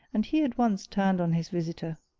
and he at once turned on his visitor.